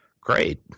Great